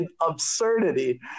absurdity